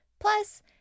Plus